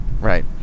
Right